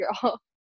girl